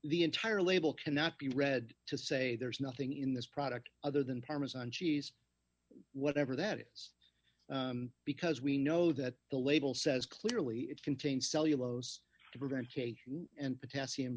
the entire label cannot be read to say there's nothing in this product other than parmesan cheese whatever that is because we know that the label says clearly it contains cellulose to prevent and potassium